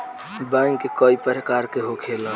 bank कई प्रकार के होखेला